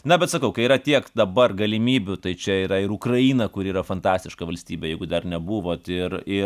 na bet sakau kai yra tiek dabar galimybių tai čia yra ir ukraina kuri yra fantastiška valstybė jeigu dar nebuvot ir ir